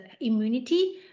immunity